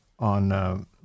on